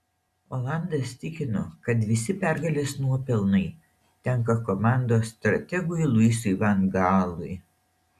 olandas tikino kad visi pergalės nuopelnai tenka komandos strategui luisui van gaalui